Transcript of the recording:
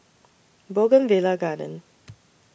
Bougainvillea Garden